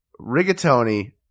rigatoni